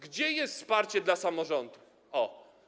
Gdzie jest wsparcie dla samorządów?